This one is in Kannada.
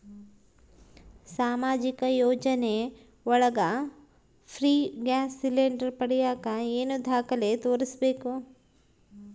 ಸಾಮಾಜಿಕ ಯೋಜನೆ ಒಳಗ ಫ್ರೇ ಗ್ಯಾಸ್ ಸಿಲಿಂಡರ್ ಪಡಿಯಾಕ ಏನು ದಾಖಲೆ ತೋರಿಸ್ಬೇಕು?